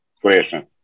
Question